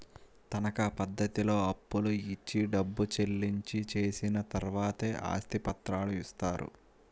తనకా పద్ధతిలో అప్పులు ఇచ్చి డబ్బు చెల్లించి చేసిన తర్వాతే ఆస్తి పత్రాలు ఇస్తారు